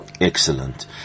Excellent